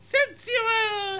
Sensual